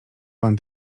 pan